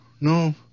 no